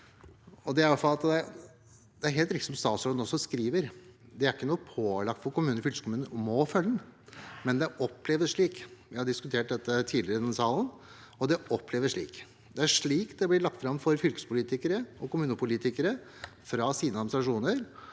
Det er helt riktig som statsråden skriver, det er ikke pålagt kommuner og fylkeskommuner å følge den, men det oppleves slik – vi har diskutert dette tidligere i denne salen, og det oppleves slik. Det er slik det blir lagt fram for fylkespolitikere og kommunepolitikere fra deres administrasjoner,